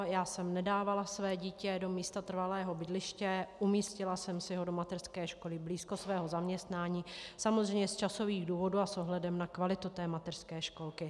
Já jsem nedávala své dítě do místa trvalého bydliště, umístila jsem si ho do mateřské školy blízko svého zaměstnání, samozřejmě z časových důvodů a s ohledem na kvalitu té mateřské školky.